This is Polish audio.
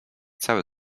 cały